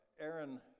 Aaron